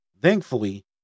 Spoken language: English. thankfully